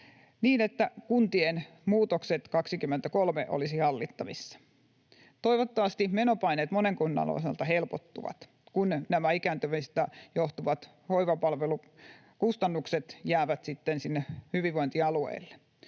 niin, että kuntien muutokset vuonna 23 olisivat hallittavissa. Toivottavasti menopaineet monen kunnan osalta helpottuvat, kun nämä ikääntymisestä johtuvat hoivapalvelukustannukset jäävät sitten sinne hyvinvointialueille.